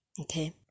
okay